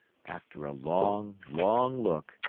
after a long, long look,